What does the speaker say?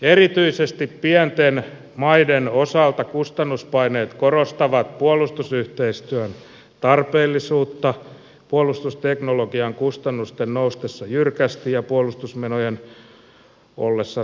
erityisesti pienten maiden osalta kustannuspaineet korostavat puolustusyhteistyön tarpeellisuutta puolustusteknologian kustannusten noustessa jyrkästi ja puolustusmenojen ollessa rajalliset